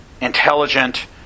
intelligent